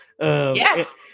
Yes